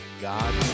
god